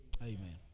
Amen